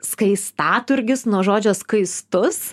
skaistaturgis nuo žodžio skaistus